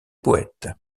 poètes